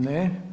Ne.